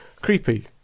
Creepy